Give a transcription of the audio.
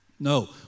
No